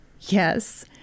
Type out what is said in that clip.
Yes